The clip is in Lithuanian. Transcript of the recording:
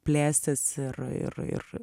plėstis ir ir ir